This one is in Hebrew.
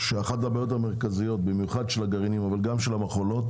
שאחת הבעיות המרכזיות במיוחד של הגרעינים אבל גם של המכולות